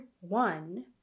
one